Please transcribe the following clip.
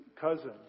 cousin